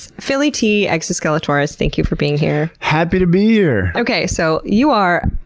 philly t exoskele-torres, thank you for being here. happy to be here! okay, so you are,